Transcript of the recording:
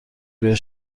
روی